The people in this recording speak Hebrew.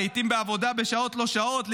לעיתים בעבודה בשעות לא שעות,